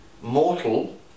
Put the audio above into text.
mortal